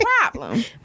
problem